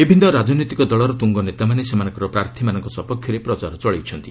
ବିଭିନ୍ନ ରାଜନୈତିକ ଦଳର ତୁଙ୍ଗନେତାମାନେ ସେମାନଙ୍କର ପ୍ରାର୍ଥୀମାନଙ୍କ ସପକ୍ଷରେ ପ୍ରଚାର ଚଳାଇଛନ୍ତି